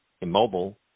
immobile